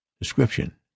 Description